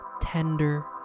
tender